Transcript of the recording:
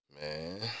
Man